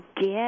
get